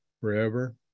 forever